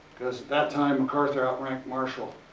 because at that time macarthur outranked marshall.